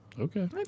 Okay